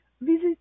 visit